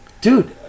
dude